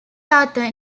arthur